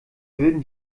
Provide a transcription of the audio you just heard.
würden